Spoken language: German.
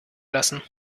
lassen